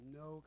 no